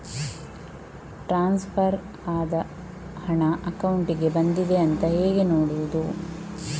Transfer ಆದ ಹಣ ಅಕೌಂಟಿಗೆ ಬಂದಿದೆ ಅಂತ ಹೇಗೆ ನೋಡುವುದು?